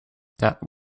that